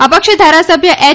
અપક્ષ ધારાસભ્ય એચ